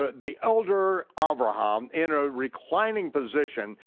ah the elder abraham, in a reclining position,